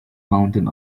mountain